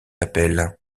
appel